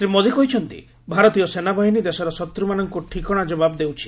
ଶ୍ରୀ ମୋଦି କହିଛନ୍ତି ଭାରତୀୟ ସେନା ବାହିନୀ ଦେଶର ଶତ୍ରମାନଙ୍କୁ ଠିକଣା ଯବାବ ଦେଉଛି